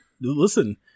Listen